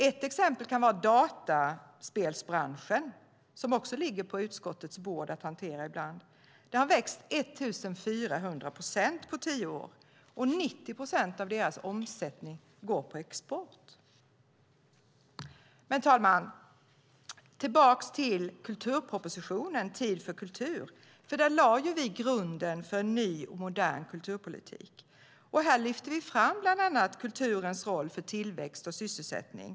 Ett exempel är dataspelsbranschen, som utskottet också har att hantera ibland, som har växt med 1 400 procent på tio år, och 90 procent av branschens omsättning går på export. Herr talman! Med kulturpropositionen Tid för kultur lade vi grunden för en ny och modern kulturpolitik. Här lyfte vi fram bland annat kulturens roll för tillväxt och sysselsättning.